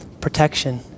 protection